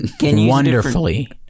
wonderfully